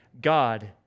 God